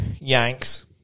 Yanks